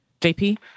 JP